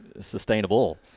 sustainable